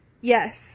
Yes